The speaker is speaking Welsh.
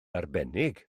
arbennig